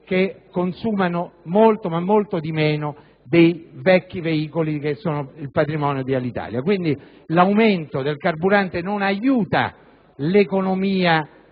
che consumano molto di meno dei vecchi aeromobili che sono patrimonio di Alitalia, quindi l'aumento del carburante non aiuta l'economia